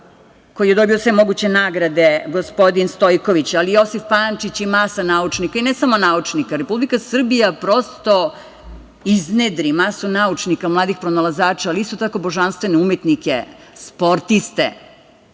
koji je dobio sve moguće nagrade, gospodin Stojković, ali i Josif Pančić i masa naučnika, i ne samo naučnika, Republika Srbija prosto iznedri masu naučnika, mladih pronalazača, ali isto tako božanstvene umetnike, sportiste.